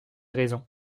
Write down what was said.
raisons